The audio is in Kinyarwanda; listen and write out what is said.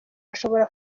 ashobora